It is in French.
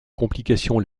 complication